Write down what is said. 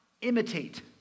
imitate